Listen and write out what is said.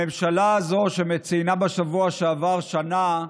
הממשלה הזאת, שציינה בשבוע שעברה שנה,